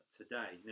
today